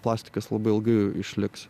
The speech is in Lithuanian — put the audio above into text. plastikas labai ilgai išliks